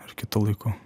ir kitu laiku